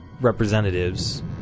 representatives